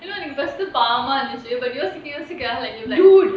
first பாவமா இருந்துச்சு அப்புறம் யோசிக்க யோசிக்க:paavamaa irunthuchu appuram yosika yosika